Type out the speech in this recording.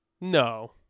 no